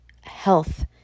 health